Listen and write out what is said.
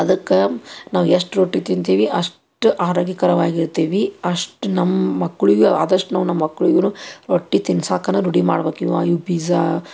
ಅದಕ್ಕೆ ನಾವು ಎಷ್ಟು ರೊಟ್ಟಿ ತಿಂತೀವಿ ಅಷ್ಟು ಆರೋಗ್ಯಕರವಾಗಿರ್ತೀವಿ ಅಷ್ಟು ನಮ್ಮ ಮಕ್ಳಿಗೂ ಆದಷ್ಟು ನಾವು ನಮ್ಮ ಮಕ್ಳಿಗೂನು ರೊಟ್ಟಿ ತಿನ್ಸಕ್ಕನ ರೂಢಿ ಮಾಡ್ಬೇಕ್ ಇವು ಇವು ಪಿಝಾ